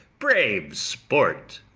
brave sport!